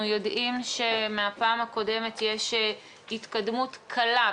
אנחנו יודעים שמהפעם הקודמת יש התקדמות קלה,